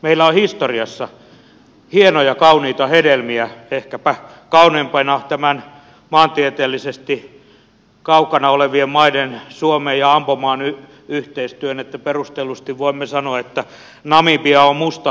meillä on historiassa hienoja kauniita hedelmiä ehkäpä kauneimpana maantieteellisesti kaukana olevien maiden suomen ja ambomaan yhteistyö joten perustellusti voimme sanoa että namibia on musta heimokansamme